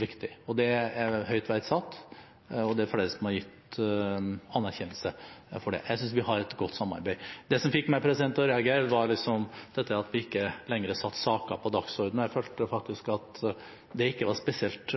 viktig. Det er høyt verdsatt, og det er flere som har gitt anerkjennelse til det. Jeg synes vi har et godt samarbeid. Det som fikk meg til å reagere, var det at vi ikke lenger satte saker på dagsordenen. Jeg følte faktisk at det ikke var spesielt